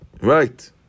Right